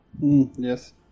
Yes